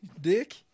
dick